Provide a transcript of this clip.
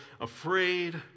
afraid